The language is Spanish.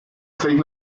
seis